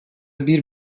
bir